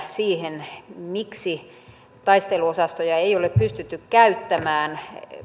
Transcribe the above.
siihen miksi taisteluosastoja ei ole pystytty käyttämään